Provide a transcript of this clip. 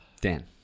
Dan